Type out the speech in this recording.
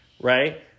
right